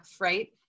Right